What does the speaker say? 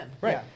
Right